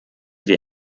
wir